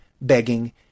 begging